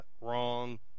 wrong